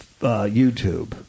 YouTube